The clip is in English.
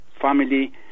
family